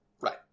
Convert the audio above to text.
Right